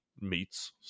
meats